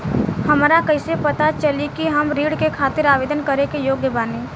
हमरा कइसे पता चली कि हम ऋण के खातिर आवेदन करे के योग्य बानी?